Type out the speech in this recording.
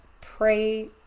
pray